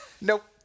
Nope